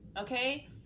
okay